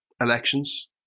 elections